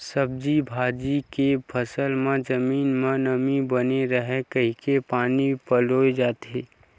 सब्जी भाजी के फसल म जमीन म नमी बने राहय कहिके पानी पलोए जाथे